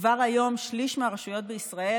כבר היום שליש מהרשויות בישראל,